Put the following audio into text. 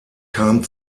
kam